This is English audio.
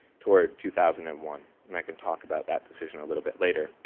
toward two thousand and one. and i can talk about that decision a little bit later.